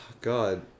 God